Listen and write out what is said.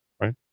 Right